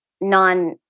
non